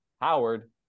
Howard